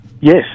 Yes